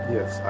Yes